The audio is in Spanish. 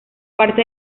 parte